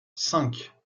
cinq